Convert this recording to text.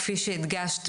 כפי שהדגשת,